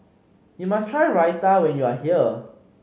you must try Raita when you are here